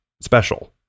special